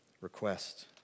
request